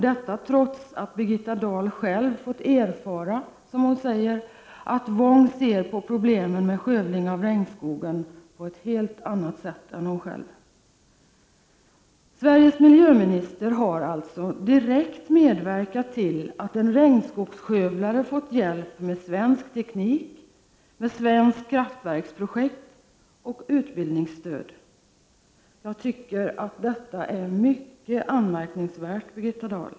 Detta trots att Birgitta Dahl själv fått erfara, som hon säger, att Wong ser på problemen med skövling av regnskogen på ett helt annat sätt än hon själv. Sveriges miljöminister har därför direkt medverkat till att en regnskogsskövlare fått hjälp med svensk teknik, med svenska kraftverksprojekt och utbildningsstöd. Jag tycker att detta är mycket anmärkningsvärt, Birgitta Dahl.